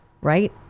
right